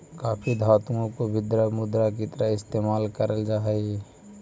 काफी धातुओं को भी द्रव्य मुद्रा की तरह इस्तेमाल करल जा हई